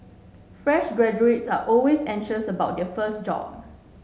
fresh graduates are always anxious about their first job